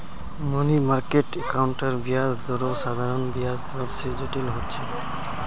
money market अकाउंटेर ब्याज दरो साधारण ब्याज दर से जटिल होचे